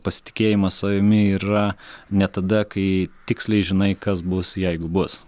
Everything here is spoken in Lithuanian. pasitikėjimas savimi yra ne tada kai tiksliai žinai kas bus jeigu bus